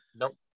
Nope